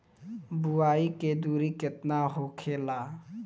बुआई के दूरी केतना होखेला?